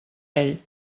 ell